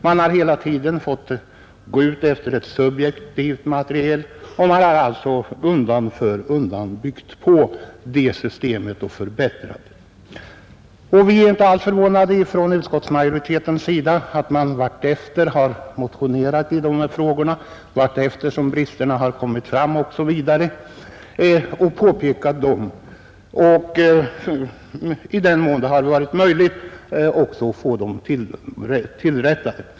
Man har hela tiden fått utgå från ett subjektivt material, och undan för undan har man sedan byggt på och förbättrat systemet. Inom utskottsmajoriteten är vi inte alls förvånade över att motioner har väckts allteftersom brister i systemet visat sig. I den mån det varit möjligt har bristerna avhjälpts.